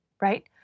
right